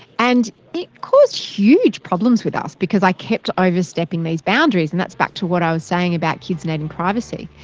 and it caused huge problems with us because i kept overstepping these boundaries, and that's back to what i was saying about kids needing privacy.